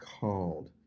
called